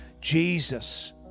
Jesus